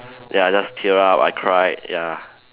ya I just tear up I cried ya